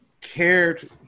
cared